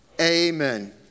Amen